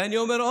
ואני אומר,